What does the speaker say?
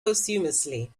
posthumously